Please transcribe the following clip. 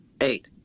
eight